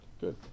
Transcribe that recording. Good